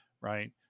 right